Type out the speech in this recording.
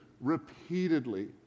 repeatedly